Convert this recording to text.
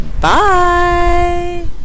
Bye